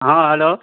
हँ हेलो